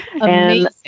Amazing